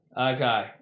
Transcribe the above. Okay